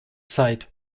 zeit